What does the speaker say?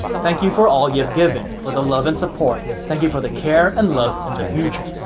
thank you for all you have given, for the love and support. thank you for the care and love in the future.